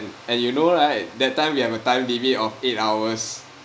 and you know right that time we have a time limit of eight hours